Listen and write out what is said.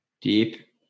Deep